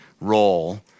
role